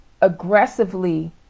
aggressively